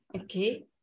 Okay